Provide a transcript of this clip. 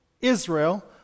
Israel